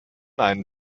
einen